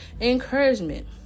encouragement